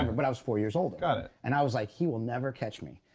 but i was four years older got it and i was like he will never catch me.